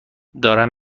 دارم